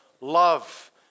love